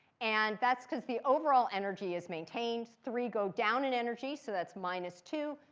and that's because the overall energy is maintained. three go down in energy, so that's minus two.